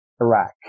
Iraq